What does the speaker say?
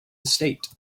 estate